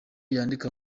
yandika